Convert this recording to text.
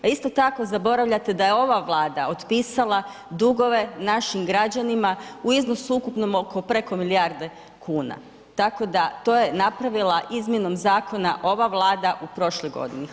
A isto tako zaboravljate da je ova Vlada otpisala dugove našim građanima u iznosu ukupnom oko preko milijarde kuna, tako da to je napravila izmjenom zakona ova Vlada u prošloj godini.